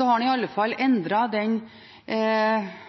har den i alle fall endret litt den